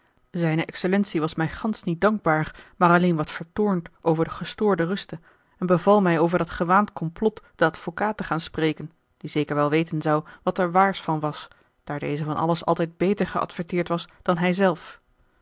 zijne excellentie was mij gansch niet dankbaar maar alleen wat vertoornd over de gestoorde ruste en beval mij over dat gewaand complot den advocaat te gaan spreken die zeker wel weten zou wat er waars van was daar deze van alles altijd beter geadverteerd was dan hij zelf